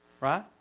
Right